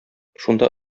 шунда